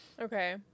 okay